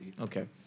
Okay